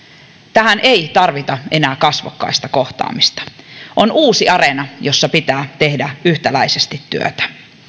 tähän ei tarvita enää kasvokkaista kohtaamista on uusi areena jossa pitää tehdä yhtäläisesti työtä